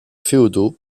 féodaux